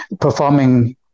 performing